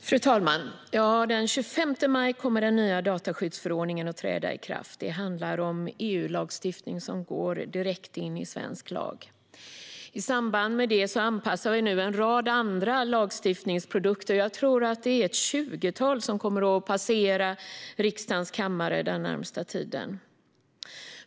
Fru talman! Den 25 maj kommer den nya dataskyddsförordningen att träda i kraft. Det handlar om EU-lagstiftning som går direkt in i svensk lag. I samband med det anpassar vi en rad andra lagstiftningsprodukter, och jag tror att det är ett tjugotal som kommer att passera riksdagens kammare den närmaste tiden.